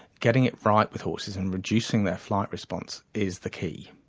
getting it right with horses and reducing their flight response is the key.